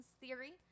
theory